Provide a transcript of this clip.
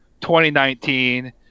2019